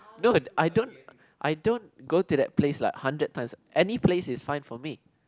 no I don't I don't go to that place like hundred times any place is fine for me